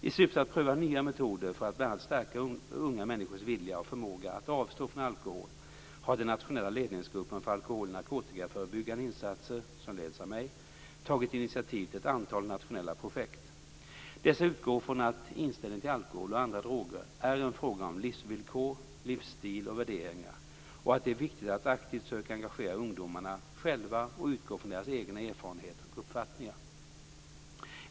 I syfte att pröva nya metoder för att bl.a. stärka unga människors vilja och förmåga att avstå från alkohol har den nationella ledningsgruppen för alkohol och narkotikaförebyggande insatser som leds av mig tagit initiativ till ett antal nationella projekt. Dessa utgår ifrån att inställningen till alkohol och andra droger är en fråga om livsvillkor, livsstil och värderingar och att det är viktigt att aktivt söka engagera ungdomarna själva och utgå från deras egna erfarenheter och uppfattningar.